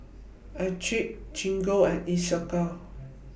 Accucheck Gingko and Isocal